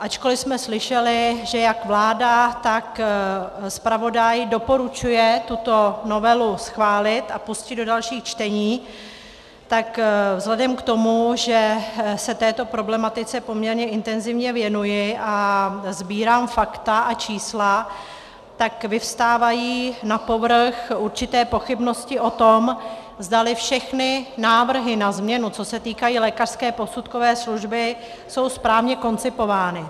Ačkoliv jsme slyšeli, že jak vláda, tak zpravodaj doporučují tuto novelu schválit a pustit do dalších čtení, vzhledem k tomu, že se této problematice poměrně intenzivně věnuji a sbírám fakta a čísla, vyvstávají na povrch určité pochybnosti o tom, zdali všechny návrhy na změnu, co se týkají lékařské posudkové služby, jsou správně koncipovány.